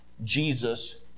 Jesus